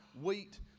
wheat